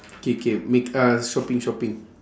K K make uh shopping shopping